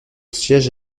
siège